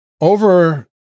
over